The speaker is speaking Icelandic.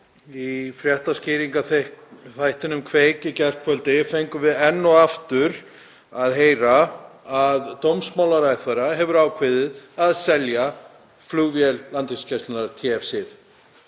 Í fréttaskýringarþættinum Kveik í gærkvöldi fengum við enn og aftur að heyra að dómsmálaráðherra hefur ákveðið að selja flugvél Landhelgisgæslunnar,